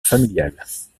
familiales